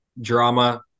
drama